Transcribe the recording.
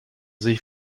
sich